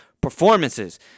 performances